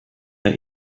der